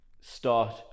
start